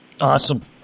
Awesome